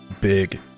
Big